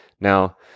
Now